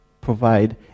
provide